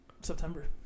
September